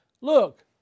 Look